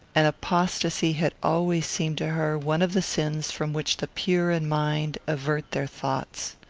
and apostasy had always seemed to her one of the sins from which the pure in mind avert their thoughts.